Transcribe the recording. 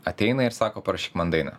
ateina ir sako parašyk man dainą